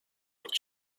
with